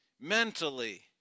mentally